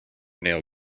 nail